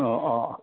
औ अ'